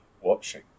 watching